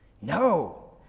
No